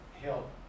help